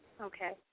Okay